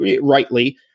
rightly